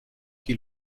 qui